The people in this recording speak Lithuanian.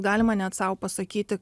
galima net sau pasakyti